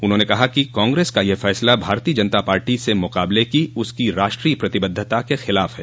उन्होंने कहा कि कांग्रेस का यह फैसला भारतीय जनता पार्टी से मुकाबले की उसकी राष्ट्रीय प्रतिबद्धता के खिलाफ है